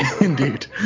indeed